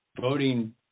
voting